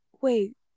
wait